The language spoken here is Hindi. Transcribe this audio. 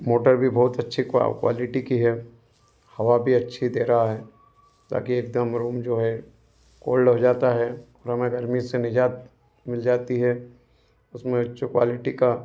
मोटर भी बहुत अच्छी क्वालिटी की है हवा भी अच्छी दे रहा हैं ताकि एकदम रूम जो है कोल्ड हो जाता है हमें गर्मी से निजात मिल जाती है उस में अच्छी क्वालिटी का